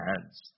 hands